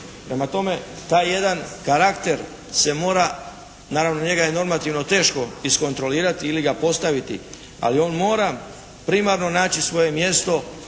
Prema tome taj jedan karakter se mora, naravno njega je normativno teško iskontrolirati ili ga postaviti, ali on mora primarno naći svoje mjesto